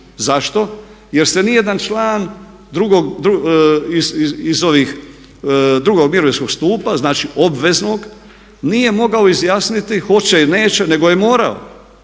Zašto? Jer se ni jedan član iz ovih drugog mirovinskog stupa znači, obveznog nije mogao izjasniti hoće ili neće nego je morao,